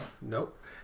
Nope